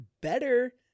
better